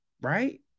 right